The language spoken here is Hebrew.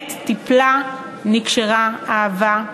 אנט טיפלה, נקשרה, אהבה,